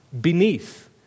beneath